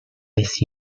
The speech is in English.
miss